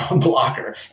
blocker